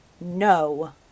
no